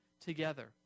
together